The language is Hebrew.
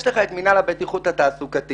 יש לך את מינהל הבטיחות התעסוקתית